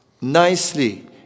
nicely